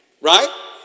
right